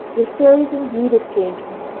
your story is indeed a strange one,